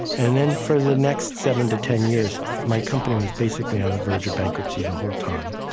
and then for the next seven to ten years, my company was basically on the verge of bankruptcy the whole time.